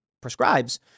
prescribes